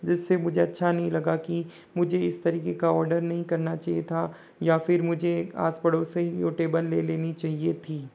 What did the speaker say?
जिससे मुझे अच्छा नहीं लगा कि मुझे इस तरीके का ऑर्डर नहीं करना चाहिए था या फिर मुझे आस पड़ोस से ही वो टेबल ले लेनी चाहिए थी